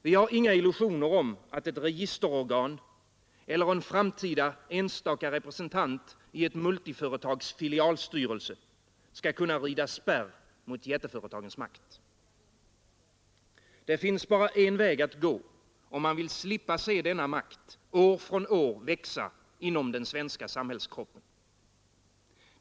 Vi har inga illusioner om att ett registerorgan eller en framtida enstaka representant i ett multiföretags filialstyrelse skall kunna rida spärr mot jätteföretagens makt. Det finns bara en väg att gå, om man vill slippa se denna makt år från år växa inom den svenska sam hällskroppen.